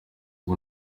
ubu